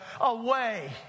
away